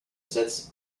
sits